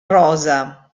rosa